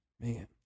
Man